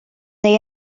they